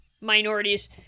minorities